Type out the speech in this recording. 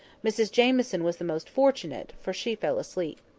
mrs jamieson was the most fortunate, for she fell asleep.